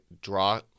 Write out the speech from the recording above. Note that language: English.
draw